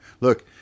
Look